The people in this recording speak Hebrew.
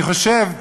אני חושב,